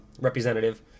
Representative